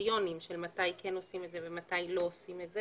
קריטריונים של מתי כן עושים את זה ומתי לא עושים את זה